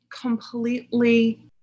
completely